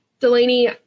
Delaney